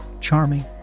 charming